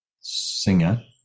singer